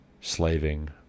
slaving